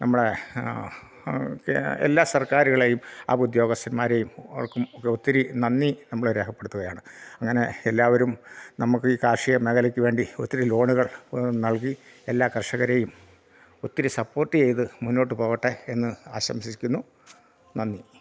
നമ്മള എല്ലാ സർക്കരുകളെയും ആ ഉദ്യോഗസ്ഥന്മാരെയും ഒത്തിരി നന്ദി നമ്മൾ രേഖപ്പെടുത്തുകയാണ് അങ്ങനെ എല്ലാവരും നമുക്ക് ഈ കാർഷിക മേഖലയ്ക്ക് വേണ്ടി ഒത്തിരി ലോണുകൾ നൽകി എല്ലാ കർഷകരെയും ഒത്തിരി സപ്പോർട്ട് ചെയ്തു മുന്നോട്ട് പോവട്ടെ എന്ന് ആശംസിക്കുന്നു നന്ദി